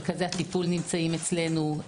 מרכזי הטיפול נמצאים אצלנו,